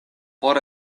por